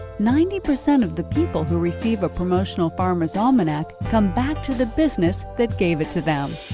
ninety percent of the people who receive a promotional farmers' almanac come back to the business that gave it to them.